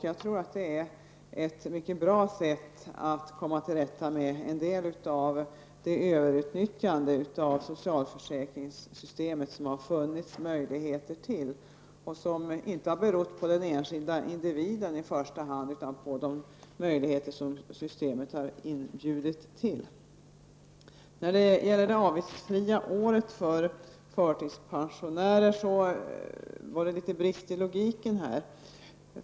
Jag tror att det är ett mycket bra sätt att komma till rätta med en del av det överutnyttjande av socialförsäkringssystemet som det har funnits möjligheter till. Det har inte i första hand berott på den enskilde individen utan på de möjligheter som systemet inbjudit till. När det gäller frågan om det avgiftsfria året för förtidspensionärer förelåg en viss brist i logiken.